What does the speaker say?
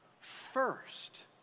first